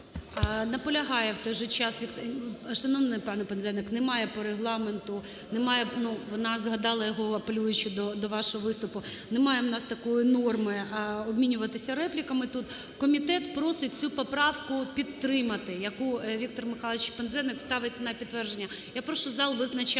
Наполягає в той же час… Шановний пане Пинзеник, немає по Регламенту. Вона згадала його, апелюючи до вашого виступу. Немає у нас такої норми – обмінюватися репліками тут. Комітет просить цю поправку підтримати, яку Віктор Михайлович Пинзеник ставить на підтвердження. Я прошу зал визначатися.